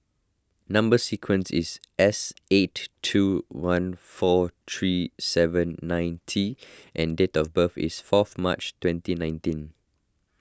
Number Sequence is S eight two one four three seven nine T and date of birth is fourth March twenty nineteen